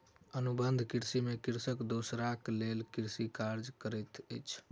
अनुबंध कृषि में कृषक दोसराक लेल कृषि कार्य करैत अछि